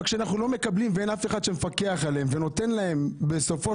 אבל כשאנחנו לא מקבלים ואין אף אחד שמפקח עליהם ונותן להם בסופו